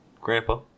Grandpa